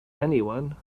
anyone